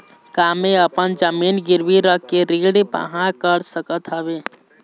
का मैं अपन जमीन गिरवी रख के ऋण पाहां कर सकत हावे?